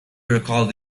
recalled